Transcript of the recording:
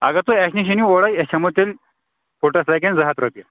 اگر تُہۍ اَسہِ نِش أنِو اورے أسۍ ہٮ۪مو تیٚلہِ فُٹس لَگن زٕ ہَتھ رۄپیہِ